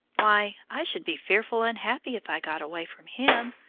why, i should be fearful unhappy if i got away from him.